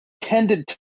tended